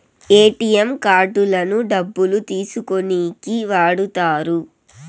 ATM కార్డులను డబ్బులు తీసుకోనీకి వాడుతారు